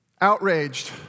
Outraged